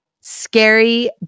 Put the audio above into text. scary